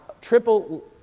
triple